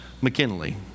McKinley